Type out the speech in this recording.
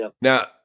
Now